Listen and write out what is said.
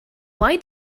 why